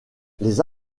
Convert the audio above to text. les